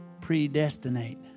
predestinate